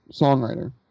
songwriter